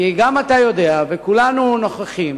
כי גם אתה יודע וכולנו נוכחים